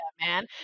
man